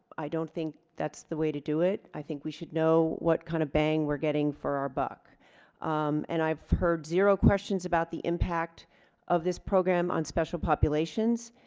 i don't think that's the way to do it i think we should know what kind of bang we're getting for our buck and i ve heard zero questions about the impact of this program on special populations